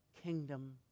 kingdom